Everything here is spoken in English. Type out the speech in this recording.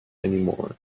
anymore